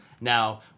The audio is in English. Now